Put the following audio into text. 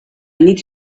need